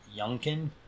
Youngkin